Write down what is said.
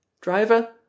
Driver